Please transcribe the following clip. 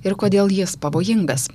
ir kodėl jis pavojingas